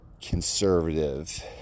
conservative